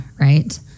right